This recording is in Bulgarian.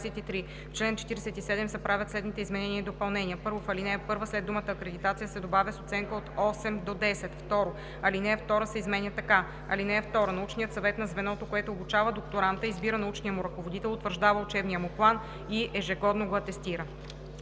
В чл. 47 се правят следните изменения и допълнения: „1. В ал. 1 след думата „акредитация“ се добавя „с оценка от 8,00 до 10,00“; 2. Алинея 2 се изменя така: „(2) Научният съвет на звеното, което обучава докторанта, избира научния му ръководител, утвърждава учебния му план и ежегодно го атестира.“